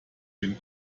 den